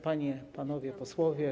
Panie i Panowie Posłowie!